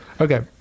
okay